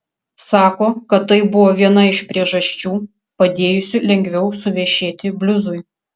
sako kad tai buvo viena iš priežasčių padėjusių lengviau suvešėti bliuzui